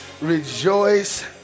rejoice